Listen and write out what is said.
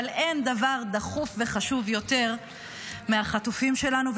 אין דבר דחוף וחשוב יותר מהחטופים שלנו.